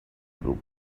group